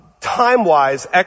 Time-wise